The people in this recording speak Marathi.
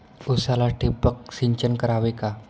उसाला ठिबक सिंचन करावे का?